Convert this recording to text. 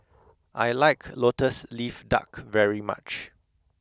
I like Lotus Leaf Duck very much